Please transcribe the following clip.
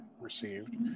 received